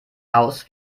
aus